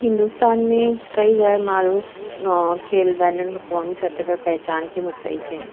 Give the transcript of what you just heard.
ہندوستان میں کئی غیر معروف کھیل بین الاقوامی سطح پر پہچان کے مستحق ہیں